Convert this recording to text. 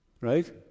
right